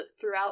throughout